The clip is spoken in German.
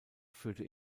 führte